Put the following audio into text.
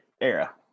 era